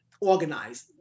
organized